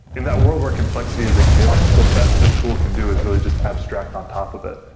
in that world where complexity is a given, the best a tool can do is really just abstract on top of it,